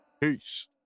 Peace